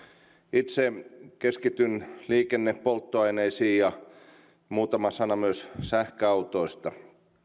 itse keskityn liikennepolttoaineisiin ja muutama sana myös sähköautoista